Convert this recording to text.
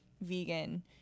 vegan